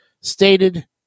stated